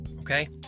Okay